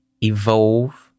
evolve